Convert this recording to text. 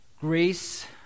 grace